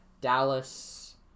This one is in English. Dallas